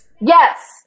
Yes